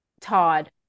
Todd